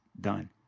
done